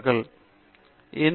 பேராசிரியர் பிரதாப் ஹரிதாஸ் சரி